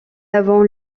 avant